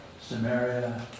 Samaria